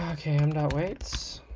um no its